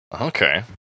Okay